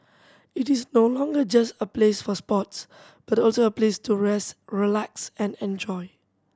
it is no longer just a place for sports but also a place to rest relax and enjoy